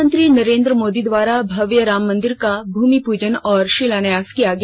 प्रधानमंत्री नरेंद्र मोदी द्वारा भव्य राम मंदिर का भूमि पूजन और शिलान्यास किया गया